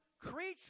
creature